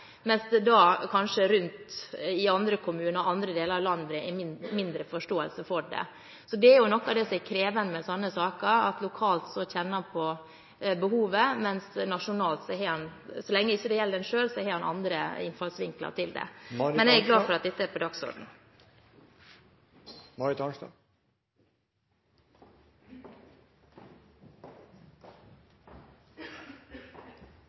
mens det kanskje rundt i andre kommuner, andre deler av landet, er mindre forståelse for det. Det er noe av det som er krevende med slike saker, at lokalt kjenner en på behovet, mens nasjonalt – så lenge det ikke gjelder en selv – har en andre innfallsvinkler til det. Men jeg er glad for at dette er på